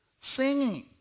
Singing